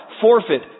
forfeit